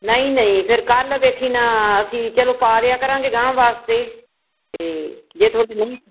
ਨਹੀਂ ਨਹੀਂ ਫਿਰ ਕੱਲ ਵੇਖੀ ਨਾ ਅਸੀਂ ਚਲੋ ਪਾ ਦਿਆ ਕਰਾਂਗੇ ਅਗਾਂਹ ਵਾਸਤੇ ਅਤੇ ਜੇ ਤੁਹਾਡੀ ਨਹੀਂ